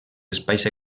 espais